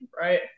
Right